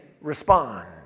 respond